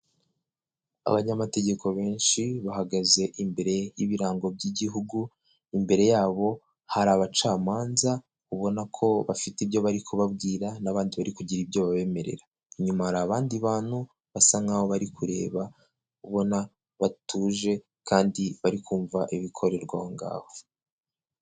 Abanyamategeko benshi bahagaze imbere y'ibirango by'igihugu, imbere yabo hari abacamanza ubona ko bafite ibyo bari kubabwira n'abandi bari kugira ibyo babemerera. Inyuma hari abandi bantu, basa nk'aho bari kureba ubona batuje kandi bari kumva ibiri gukorerwa aho ngaho.